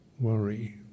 Worry